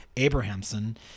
Abrahamson